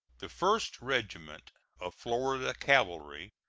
the first regiment of florida cavalry,